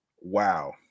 wow